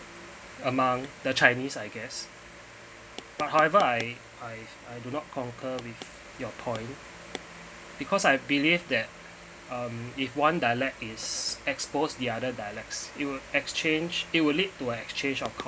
among the chinese I guess but however I I I do not conquer with your point because I believe that um if one dialect is exposed the other dialects it will